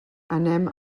anem